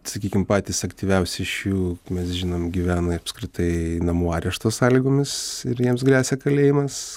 sakykim patys aktyviausi iš jų mes žinom gyvena apskritai namų arešto sąlygomis ir jiems gresia kalėjimas